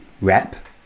rep